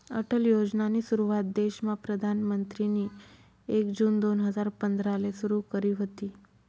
अटल योजनानी सुरुवात देशमा प्रधानमंत्रीनी एक जून दोन हजार पंधराले सुरु करी व्हती